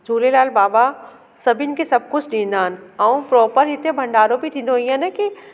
झूलेलाल बाबा सभिनि खे सभु कुझु ॾींदा आहिनि ऐं प्रोपर हिते भंडारो बि थींदो हीअं न की